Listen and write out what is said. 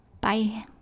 Bye